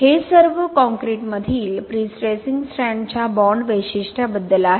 हे सर्व कॉंक्रिटमधील प्रीस्ट्रेसिंग स्ट्रँडच्या बाँड वैशिष्ट्याबद्दल आहे